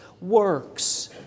works